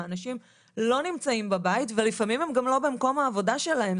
האנשים לא נמצאים בבית ולפעמים הם גם לא במקום העבודה שלהם,